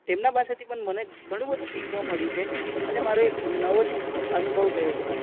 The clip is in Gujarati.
તેમના પાસેથી પણ મને ઘણું બધું શીખવા મળ્યું છે અને મારો એક નવો જ અનુભવ થયો છે